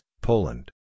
Poland